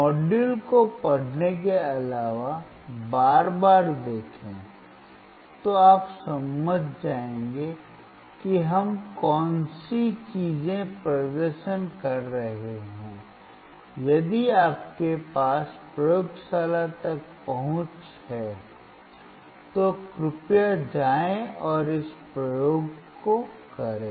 module को पढ़ने के अलावा बार बार देखें तो आप समझ जाएंगे कि हम कौन सी चीजें प्रदर्शन कर रहे हैं यदि आपके पास प्रयोगशाला तक पहुंच है तो कृपया जाएं और इस प्रयोग को करें